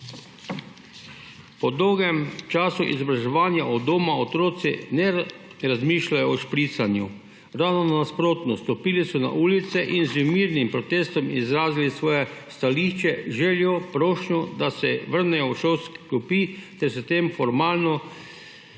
Po dolgem času izobraževanja od doma otroci ne razmišljajo o špricanju. Ravno nasprotno, stopili so na ulice in z mirnim protestom izrazili svoje stališče, željo, prošnjo, da se vrnejo v šolske klopi, ter s tem formalno